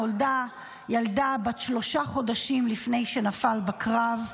נולדה ילדה שלושה חודשים לפני שנפל בקרב.